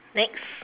next